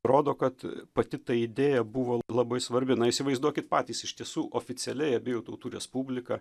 rodo kad pati ta idėja buvo labai svarbi na įsivaizduokit patys iš tiesų oficialiai abiejų tautų respublika